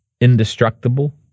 indestructible